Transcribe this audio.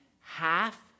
half